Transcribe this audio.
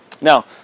now